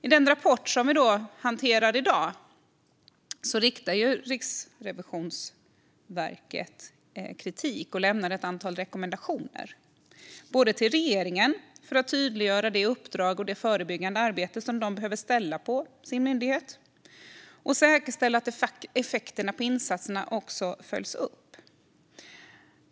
I den rapport som vi hanterar i dag riktar Riksrevisionen kritik och lämnar ett antal rekommendationer till regeringen om att tydliggöra Försäkringskassans ansvar och uppdrag att förebygga sjukfrånvaro samt att säkerställa att insatsernas effekter följs upp.